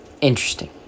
interesting